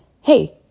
hey